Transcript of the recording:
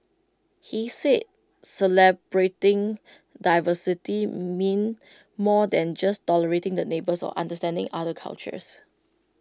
he said celebrating diversity meant more than just tolerating the neighbours or understanding other cultures